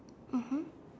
mmhmm